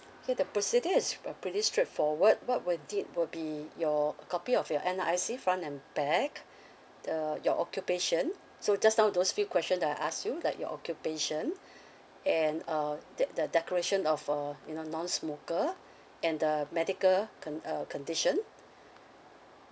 okay the procedure is per pretty straightforward what we need will be your copy of your N_R_I_C front and back the your occupation so just now those few question that I ask you like your occupation and uh the the decoration of uh you know non-smoker and the medical con~ uh condition